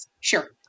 Sure